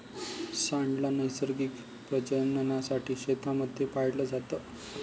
सांड ला नैसर्गिक प्रजननासाठी शेतांमध्ये पाळलं जात